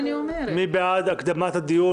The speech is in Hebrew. מי בעד הקדמת הדיון?